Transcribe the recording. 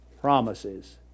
promises